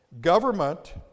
government